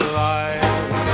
life